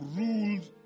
ruled